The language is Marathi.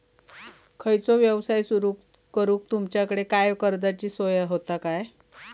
खयचो यवसाय सुरू करूक तुमच्याकडे काय कर्जाची सोय होता काय?